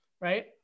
right